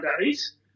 days